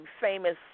famous